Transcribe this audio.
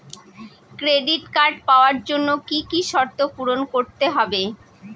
Credit card পাওয়ার জন্য কি কি শর্ত পূরণ করতে হবে?